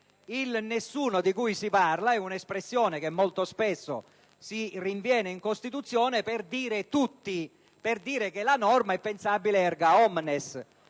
Il "nessuno" di cui si parla è un'espressione che molto spesso si rinviene in Costituzione per dire che la norma è pensabile *erga omnes*.